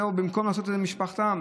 במקום לעשות את זה עם משפחתם.